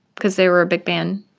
cause they were a big band.